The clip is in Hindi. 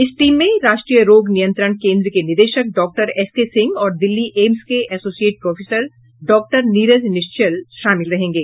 इस टीम में राष्ट्रीय रोग नियंत्रण केंद्र के निदेशक डॉक्टर एस के सिंह और दिल्ली एम्स के associate professor doctor Neeraj Nishchal शामिल रहेंगे